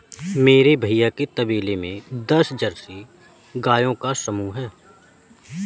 मेरे भैया के तबेले में दस जर्सी गायों का समूह हैं